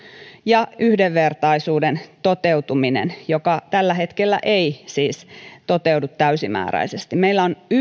ja yhdenvertaisuuden toteutuminen joka tällä hetkellä ei siis toteudu täysimääräisesti meillä on